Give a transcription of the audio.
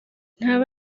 ntabe